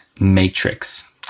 matrix